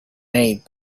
made